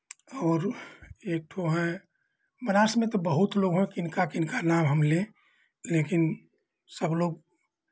और एक ठो हैं बनारस में तो बहुत लोग हैं किनका किनका नाम हम लें लेकिन सबलोग